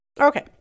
Okay